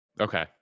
okay